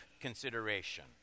consideration